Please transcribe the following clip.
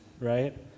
right